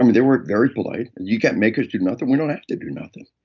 i mean, they were very polite. you can't make us do nothing. we don't have to do nothing.